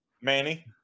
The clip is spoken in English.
Manny